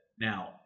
Now